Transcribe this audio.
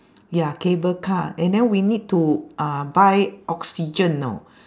ya cable car and then we need to uh buy oxygen know